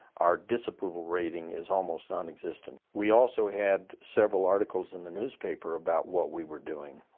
our disapproval rating is almost nonexistent. we also had several articles in the newspaper about what we were doing.